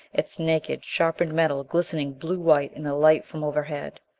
its naked, sharpened metal glistening blue-white in the light from overhead.